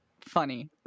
funny